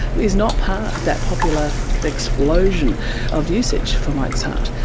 is not part of that popular explosion of usage for mozart.